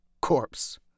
corpse